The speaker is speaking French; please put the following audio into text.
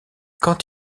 quand